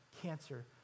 cancer